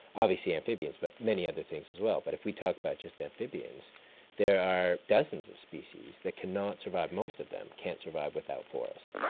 obviously amphibians but many other things as well, but if we talk about just amphibians there are dozens of species that cannot survive. most of them cannot survive without forests.